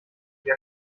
die